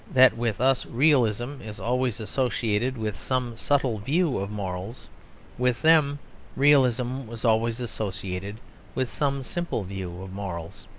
that with us realism is always associated with some subtle view of morals with them realism was always associated with some simple view of morals.